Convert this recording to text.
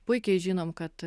puikiai žinom kad